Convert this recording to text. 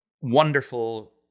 wonderful